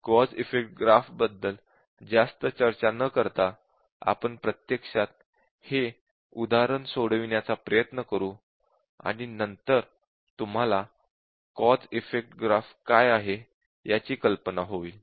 cause effect graph बद्दल जास्त चर्चा न करता आपण प्रत्यक्षात हे उदाहरण सोडविण्याचा प्रयत्न करू आणि नंतर तुम्हाला कॉझ इफेक्ट ग्राफ काय आहे याची कल्पना होईल